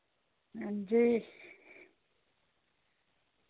हां जी